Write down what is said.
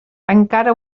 encara